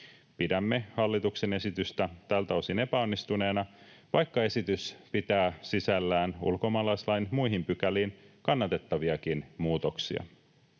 Pidämme hallituksen esitystä tältä osin epäonnistuneena, vaikka esitys pitää sisällään ulkomaalaislain muihin pykäliin kannatettaviakin muutoksia.